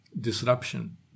disruption